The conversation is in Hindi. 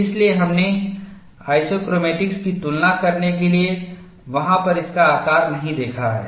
इसलिए हमने आइसोक्रोमैटिक्स की तुलना करने के लिए वहाँ पर इसका आकार नहीं देखा है